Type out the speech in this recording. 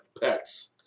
pets